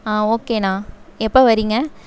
ஆ ஓகேண்ணா எப்போ வரீங்க